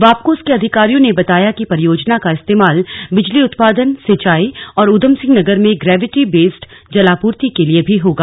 वाप्कोस के अधिकारियों ने बताया कि परियोजना का इस्तेमाल बिजली उत्पादन सिंचाई और ऊधमसिंह नगर में ग्रेविटी बेस्ड जलापूर्ति के लिए भी होगा